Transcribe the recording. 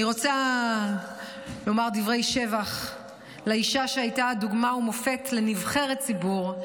אני רוצה לומר דברי שבח על אישה שהייתה דוגמה ומופת לנבחרת ציבור,